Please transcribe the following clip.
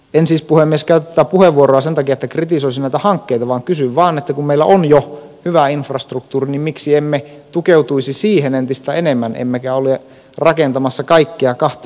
en siis puhemies käytä tätä puheenvuoroa sen takia että kritisoisin näitä hankkeita vaan kysyn vain että kun meillä on jo hyvä infrastruktuuri niin miksi emme tukeutuisi siihen entistä enemmän emmekä olisi rakentamassa kaikkea kahteen kertaan